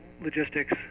logistics